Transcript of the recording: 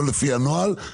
לא לפי הנוהל,